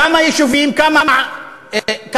כמה יישובים?